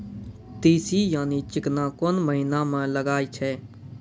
तीसी यानि चिकना कोन महिना म लगाय छै?